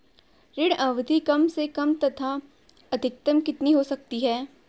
ऋण अवधि कम से कम तथा अधिकतम कितनी हो सकती है?